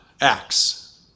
acts